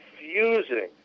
confusing